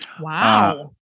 Wow